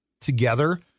together